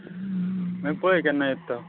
मागीर पळय केन्ना येता तो